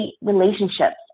relationships